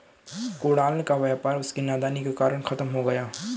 कुणाल का व्यापार उसकी नादानी के कारण खत्म हो गया